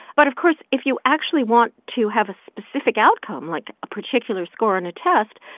but, of course, if you actually want to have a specific outcome, like a particular score on a test,